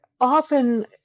often